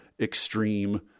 extreme